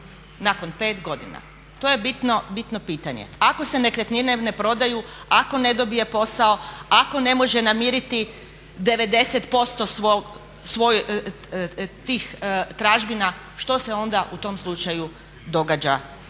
nakon 5 godina? To je bitno pitanje. Ako se nekretnine ne prodaju, ako ne dobije posao, ako ne može namiriti 90% tih tražbina što se onda u tom slučaju događa